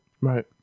Right